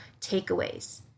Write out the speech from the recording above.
takeaways